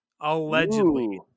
allegedly